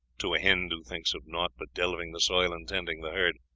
to a hind who thinks of naught but delving the soil and tending the herd.